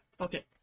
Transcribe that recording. okay